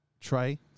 Try